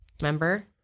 Remember